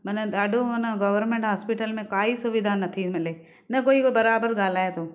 माना ॾाढो माना गवर्नमेंट हॉस्पिटल में काई सुविधा नथी मिले न कोई बराबरि ॻाल्हाए थो